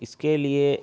اس کے لیے